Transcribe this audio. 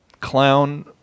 clown